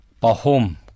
pahom